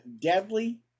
deadly